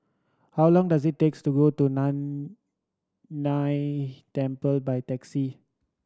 how long does it takes to go to Nan Temple by taxi